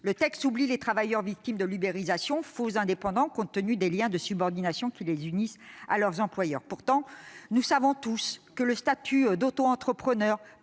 le texte oublie les travailleurs victimes de l'ubérisation, faux indépendants compte tenu des liens de subordination qui les unissent à leurs employeurs. Nous savons pourtant tous que le statut d'autoentrepreneur